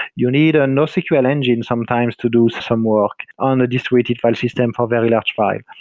you need a nosql engine sometimes to do some work on a distributed file system for very large file.